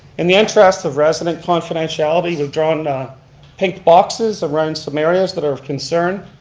in the interest of resident confidentiality we've drawn pink boxes around some areas that are of concern.